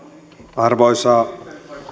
arvoisa